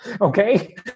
Okay